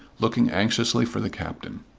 looking anxiously for the captain.